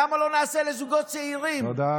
למה לא נעשה לזוגות צעירים, תודה רבה.